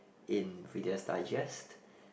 in Reader's Digest